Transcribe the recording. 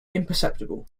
imperceptible